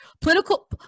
political